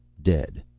dead.